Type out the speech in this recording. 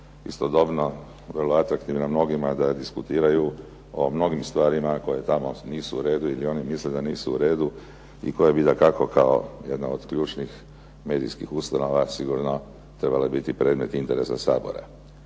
istodobno vrlo atraktivna mnogima da diskutiraju o mnogim stvarima koje tamo nisu u redu ili oni misle da nisu uredu i koji bi dakako kao jedna od ključnih medijskih ustanova sigurno trebale biti predmet interesa Sabora.